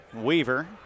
Weaver